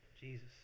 Jesus